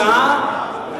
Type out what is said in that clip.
הצעה,